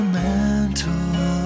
mental